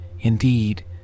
indeed